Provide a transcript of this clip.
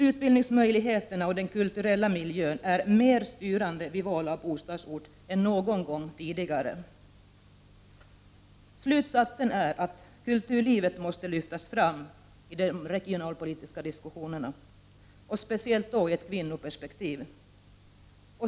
Utbildningsmöjligheterna och den kulturella miljön är mer styrande vid val av bostadsort än någon gång tidigare. Slutsatsen är att kulturlivet måste lyftas fram i de regionalpolitiska diskussionerna, speciellt i ett kvinnoperspektiv.